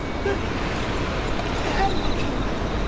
ninny, i had lunch already.